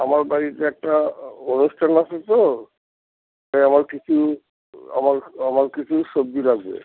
আমার বাড়িতে একটা অনুষ্ঠান আছে তো তাই আমার কিছু আমার আমার কিছু সবজি লাগবে